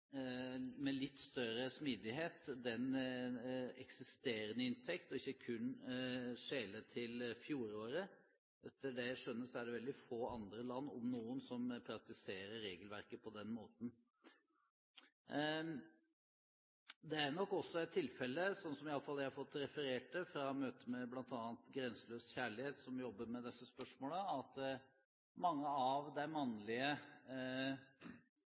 den eksisterende inntekt og ikke kun skjele til fjoråret. Etter det jeg skjønner, er det veldig få andre land, om noen, som praktiserer regelverket på den måten. Det er nok også tilfelle, slik jeg har fått det referert fra møtet med bl.a. Grenseløs kjærlighet som jobber med disse spørsmålene, at mange av de mannlige